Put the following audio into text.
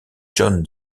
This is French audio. john